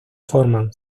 forman